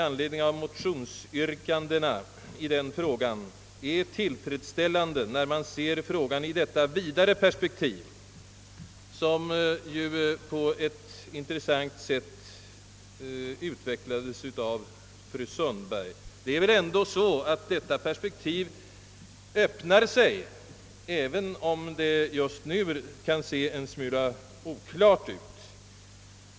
anledning av motionsyrkandena i den frågan är tillfredsställande, när man ser frågan i det vidare perspektiv, som ju på ett intresseväckande sätt utvecklades av fru Sundberg. Det är väl ändå så, att detta perspektiv öppnar sig även cm det f.n. i vissa avseenden kan se en smula oklart ut.